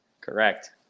Correct